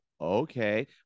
okay